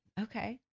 Okay